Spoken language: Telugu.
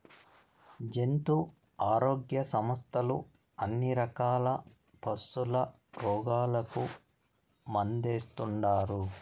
జంతు ఆరోగ్య సంస్థలు అన్ని రకాల పశుల రోగాలకు మందేస్తుండారు